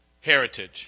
Heritage